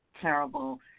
terrible